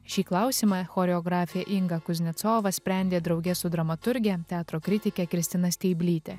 šį klausimą choreografė inga kuznecova sprendė drauge su dramaturge teatro kritike kristina steiblyte